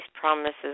promises